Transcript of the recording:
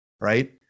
right